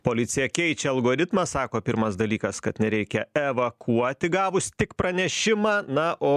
policija keičia algoritmą sako pirmas dalykas kad nereikia evakuoti gavus tik pranešimą na o